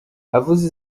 avuze